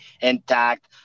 intact